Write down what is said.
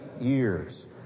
years